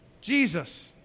Jesus